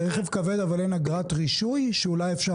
לרכב כבד אין אגרת רישוי שאולי אפשר